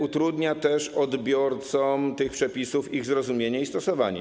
Utrudnia też odbiorcom tych przepisów ich zrozumienie i stosowanie.